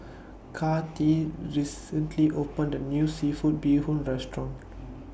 Kathie recently opened A New Seafood Bee Hoon Restaurant